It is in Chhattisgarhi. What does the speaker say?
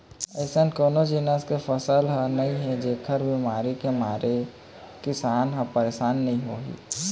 अइसन कोनो जिनिस के फसल नइ हे जेखर बिमारी के मारे किसान ह परसान नइ होही